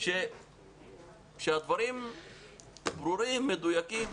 שהדברים ברורים ומדויקים.